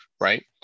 right